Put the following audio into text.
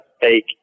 fake